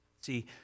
See